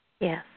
Yes